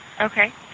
Okay